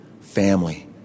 family